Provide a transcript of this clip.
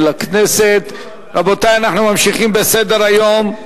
14 בעד, אין מתנגדים,